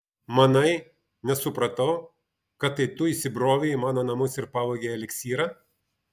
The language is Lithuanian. manai nesupratau kad tai tu įsibrovei į mano namus ir pavogei eliksyrą